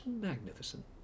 magnificent